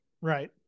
right